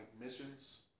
missions